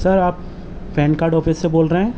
سر آپ PAN card office سے بول رہے ہیں